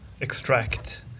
extract